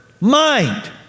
mind